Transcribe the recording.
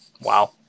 Wow